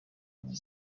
ntabwo